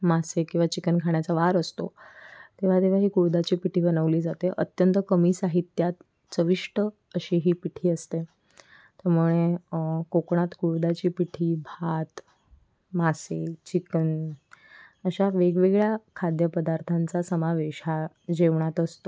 मासे किंवा चिकन खाण्याचा वार असतो तेव्हा तेव्हा ही कुळथाची पिठी बनवली जाते अत्यंत कमी साहित्यात चविष्ट अशी ही पिठी असते त्यामुळे कोकणात कुळथाची पिठी भात मासे चिकन अशा वेगवेगळ्या खाद्यपदार्थांचा समावेश हा जेवणात असतो